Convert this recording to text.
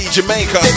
Jamaica